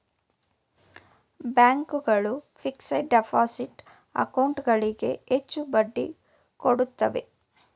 bank ಗಳು fixed deposit account ಗಳಿಗೆ ಹೆಚ್ಚು ಬಡ್ಡಿ ಕೊಡುತ್ತವೆ